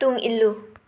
ꯇꯨꯡ ꯏꯜꯂꯨ